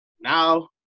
Now